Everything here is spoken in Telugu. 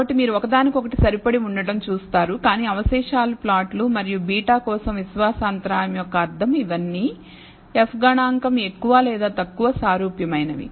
కాబట్టి మీరు ఒకదానికొకటి సరిపడి ఉండటం చూస్తారు కానీ అవశేషాలు ప్లాట్లు మరియు β కోసం విశ్వాస అంతరాయం యొక్క అర్థము ఇవన్నీ F గణాంకం ఎక్కువ లేదా తక్కువ సారూప్యమైనవి